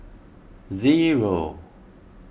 zero